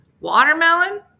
Watermelon